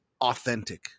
authentic